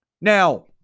Now